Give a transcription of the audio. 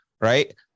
right